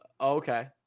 Okay